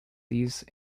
these